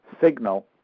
signal